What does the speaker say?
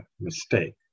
mistake